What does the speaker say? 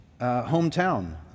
hometown